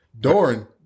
Doran